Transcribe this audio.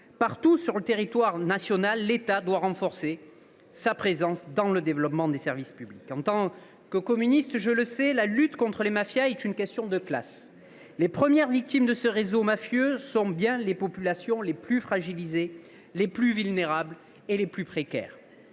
Partout sur le territoire national, la présence de l’État doit être renforcée, notamment au travers du développement des services publics. En tant que communiste, je sais que la lutte contre les mafias est une question de classe. Les premières victimes des réseaux mafieux sont les populations les plus fragilisées, les plus vulnérables et les plus précaires.